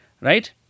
right